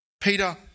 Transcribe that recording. Peter